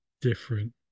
different